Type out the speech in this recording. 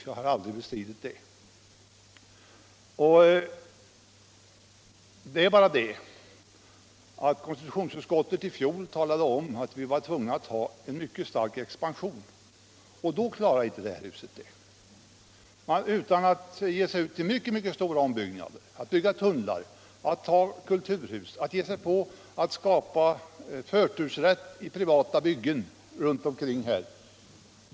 Jag har aldrig bestritt det. Men konstitutionsutskottet meddelade i fjol att vi nu hade att emotse en mycket stark expansion, och en sådan kan inte detta hus klara av utan att man gör mycket stora ombyggnader, bygger tunnlar, disponerar kulturhuset och skapar förtursrätt i privata byggen runt Sergels torg.